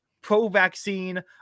pro-vaccine